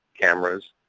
cameras